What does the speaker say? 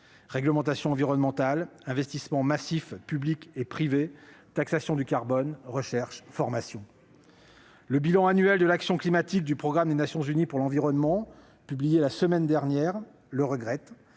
réglementation environnementale, investissements massifs publics et privés, taxation du carbone, recherche, formation, etc. Le bilan annuel de l'action climatique du programme des Nations unies pour l'environnement, publié la semaine dernière, déplore des